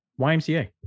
ymca